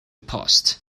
post